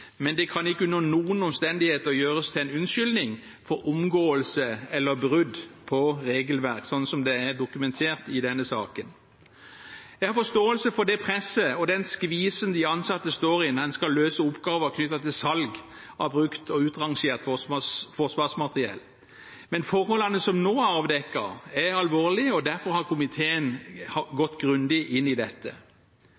men det kan ikke under noen omstendighet gjøres til en unnskyldning for omgåelse eller brudd på regelverk, slik som det er dokumentert i denne saken. Jeg har forståelse for det presset og den skvisen de ansatte står i når en skal løse oppgaver knyttet til salg av brukt og utrangert forsvarsmateriell, men forholdene som nå er avdekket, er alvorlige, og derfor har komiteen